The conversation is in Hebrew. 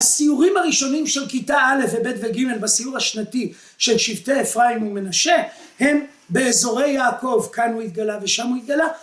‫הסיורים הראשונים של כיתה א' וב' וג', ‫בסיור השנתי של שבטי אפרים ומנשה, ‫הם באזורי יעקב, ‫כאן הוא התגלה ושם הוא התגלה.